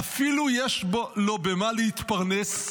"אפילו יש לו במה להתפרנס,